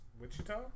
Wichita